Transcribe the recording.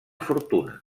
fortuna